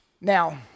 Now